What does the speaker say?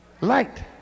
light